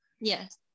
Yes